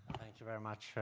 thank you very much.